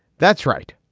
that's right.